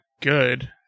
good